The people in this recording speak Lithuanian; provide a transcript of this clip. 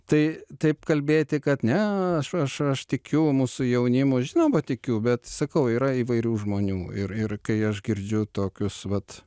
tai taip kalbėti kad ne aš aš aš tikiu mūsų jaunimu žinoma tikiu bet sakau yra įvairių žmonių ir ir kai aš girdžiu tokius vat